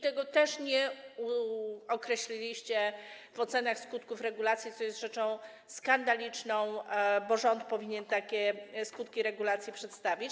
Tego też nie określiliście w ocenach skutków regulacji, co jest rzeczą skandaliczną, bo rząd powinien takie skutki regulacji przedstawić.